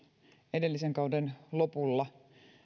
edellisen kauden lopulla